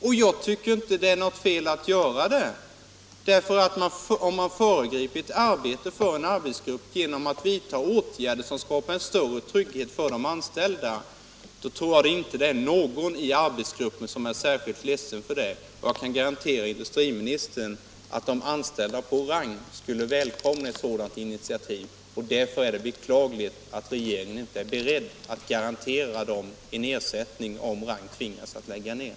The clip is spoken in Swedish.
Och jag tycker inte att det är något fel att göra det; om man föregriper arbetet i en arbetsgrupp genom att vidta åtgärder som skapar större trygghet för de anställda, tror jag inte att någon i arbetsgruppen är särskilt ledsen för det. Jag kan garantera industriministern att de anställda på Rang skulle välkomna ett sådant initiativ, och därför är det beklagligt att regeringen inte är beredd att garantera dem en ersättning, om Rang tvingas att lägga ned.